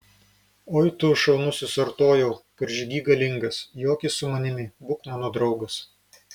oi tu šaunusis artojau karžygy galingas joki su manimi būk mano draugas